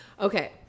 Okay